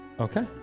Okay